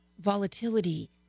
volatility